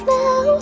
now